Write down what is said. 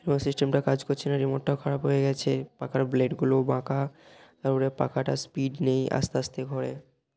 remote সিস্টেমটা কাজ করছে না রিমোটটাও খারাপ হয়ে গিয়েছে পাখার ব্লেডগুলোও বাঁকা তার উপরে পাখাটার স্পিড নেই আস্তে আস্তে ঘোরে